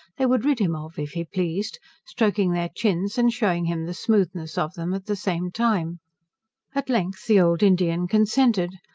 they would rid him of, if he pleased stroaking their chins, and shewing him the smoothness of them at the same time at length the old indian consented,